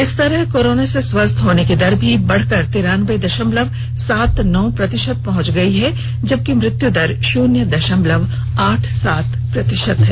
इस तरह कोरोना से स्वस्थ होने की दर भी बढ़कर तिरान्बे दशमलव सात नौ प्रतिशत पहुंच गई है जबकि मृत्यु दर शून्य दशमलव आठ सात प्रतिशत है